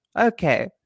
okay